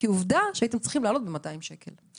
כי עובדה שהייתם צריכים להעלות ב-200 שקלים.